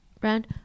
Brand